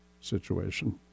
situation